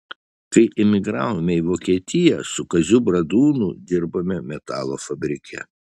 kai emigravome į vokietiją su kaziu bradūnu dirbome metalo fabrike